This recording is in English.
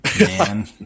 man